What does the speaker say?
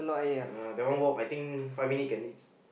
uh that one walk I think five minute can reach